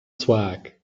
swag